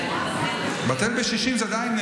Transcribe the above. בטל בשישים זה עדיין,